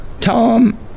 Tom